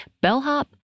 bellhop